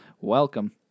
Welcome